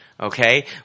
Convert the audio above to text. Okay